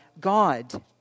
God